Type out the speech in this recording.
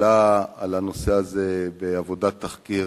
עלה על הנושא הזה בעבודת תחקיר,